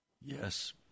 Yes